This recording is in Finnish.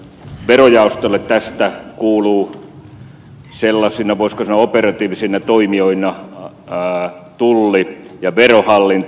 verojaostolle tästä kuuluu sellaisina voisiko sanoa operatiivisina toimijoina tulli ja verohallinto